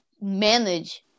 manage